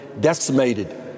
decimated